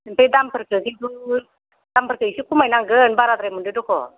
ओमफ्राय दामफोरखौ खिन्थु दामफोरखौ एसे खमायनांगोन बाराद्राय मोनदों दख'